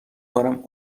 کنم